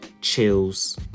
chills